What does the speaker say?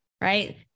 right